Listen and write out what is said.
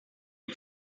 die